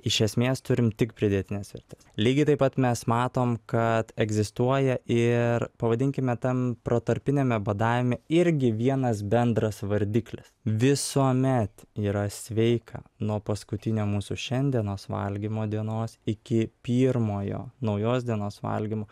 iš esmės turim tik pridėtines vertes lygiai taip pat mes matom kad egzistuoja ir pavadinkime tam protarpiniame badavime irgi vienas bendras vardiklis visuomet yra sveika nuo paskutinio mūsų šiandienos valgymo dienos iki pirmojo naujos dienos valgymo